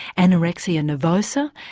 anorexia nervosa,